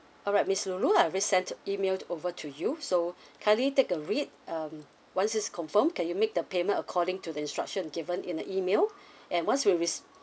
alright miss lu lu I've already sent emailed over to you so kindly take a read um once is confirmed can you make the payment according to the instruction given in the email and once we receive